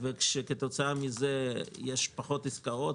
וכאשר כתוצאה מזה יש פחות עסקאות,